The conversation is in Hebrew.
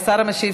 השר המשיב,